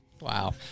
Wow